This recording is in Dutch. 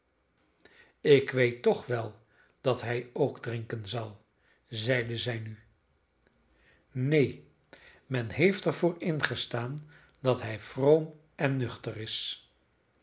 ik weet toch wel dat hij ook drinken zal zeide zij nu neen men heeft er voor ingestaan dat hij vroom en nuchter is